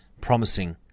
promising